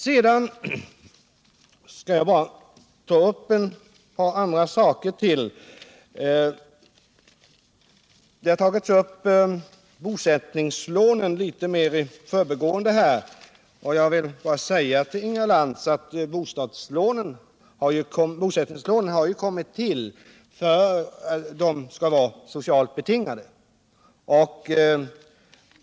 Sedan skall jag bara ta upp ett par saker. Vi har litet mer i förbigående talat om bosättningslånen. Till Inga Lantz vill jag då bara säga, att bosättningslånen kommit till för att de skall vara socialt betingade.